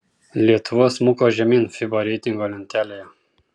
lietuva smuko žemyn fiba reitingo lentelėje